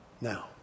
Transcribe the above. now